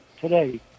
today